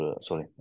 sorry